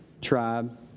tribe